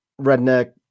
redneck